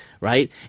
right